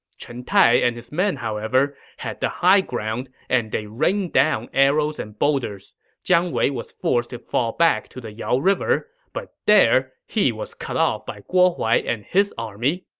chen tai and his men, however, had the high ground and they rained down arrows and boulders. jiang wei was forced to fall back to the yao river, but there, he was cut off by guo huai and his army.